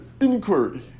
inquiry